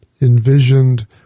envisioned